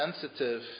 sensitive